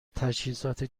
تجهیزات